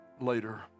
later